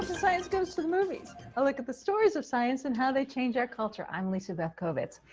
science goes to the movies, a look at the stories of science and how they change our culture. i'm lisa beth kovetz.